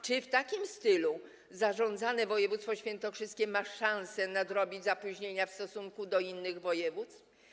Czy w takim stylu zarządzane województwo świętokrzyskie ma szansę nadrobić zapóźnienia w stosunku do innych województw?